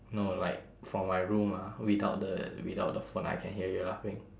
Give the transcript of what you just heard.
no like from my room ah without the without the phone I can hear you laughing